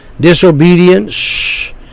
disobedience